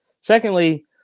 Secondly